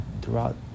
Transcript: throughout